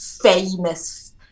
famous